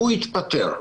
שיתפטר.